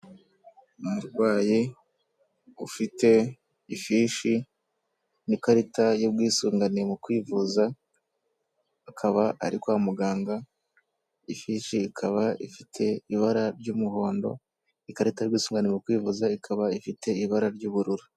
Umurwayi ufite ifishi n'ikarita y'ubwisungane mu kwivuza akaba ari kwa muganga, ifishi ikaba ifite ibara ry'umuhondo, ikarita y'ubwisunhane mu kwivuza ikaba ifite ibara ry'ubururu.